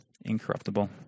incorruptible